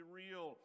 real